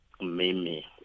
Mimi